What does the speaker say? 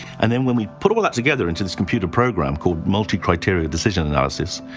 and then when we put all that together into this computer program called multi-criteria decision analysis,